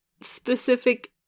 specific